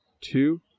two